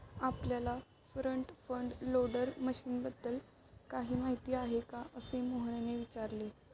आपल्याला front end loader मशीनबद्दल काही माहिती आहे का, असे मोहनने विचारले?